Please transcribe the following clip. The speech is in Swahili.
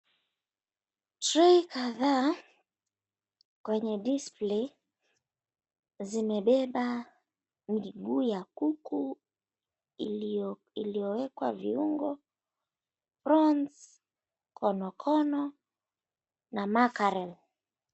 Trei kadhaa kwenye display zimebeba miguu ya kuku iliyowekwa viungo; prawns , konokono na makarel.